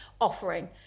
offering